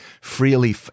freely